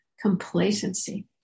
complacency